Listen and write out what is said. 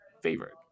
favorite